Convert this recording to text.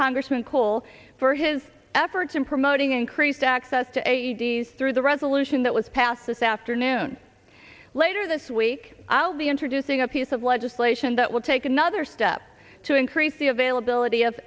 congressman cole for his efforts in promoting increased access to a through the resolution that was passed this afternoon later this week i'll be introducing a piece of legislation that will take another step to increase the availability of